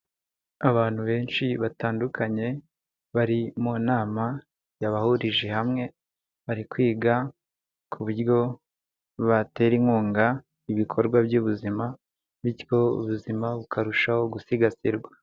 Abantu benshi batandukanye bari mu nama yabahurije hamwe, bari kwiga ku buryo batera inkunga ibikorwa by'ubuzima, bityo ubuzima bukarushaho gusigasirwa.